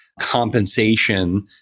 compensation